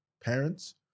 parents